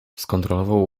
skontrolował